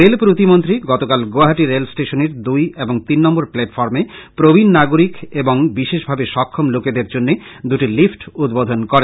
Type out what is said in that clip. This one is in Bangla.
রেল প্রতিমন্ত্রী গতকাল গৌহাটা রেলষ্টেশনের দুই এবং তিন নম্বর প্লেটফর্মে প্রবীন নাগরিক এবং বিশেষভাবে সক্ষম লোকেদের জন্য দুটি লিফট উদ্বোধন করেন